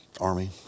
Army